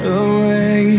away